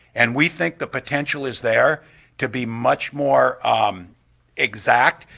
and we think the potential is there to be much more um exact,